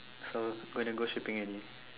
so when I go shipping already